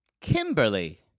Kimberly